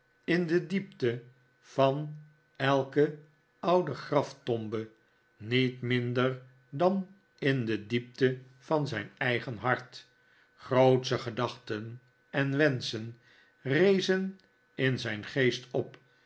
in de diepte van elke oude graftombe niet minder dan in de diepte van zijn eigen hart grootsche gedachten en wenschen rezen in zijn geest op